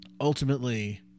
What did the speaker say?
Ultimately